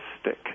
stick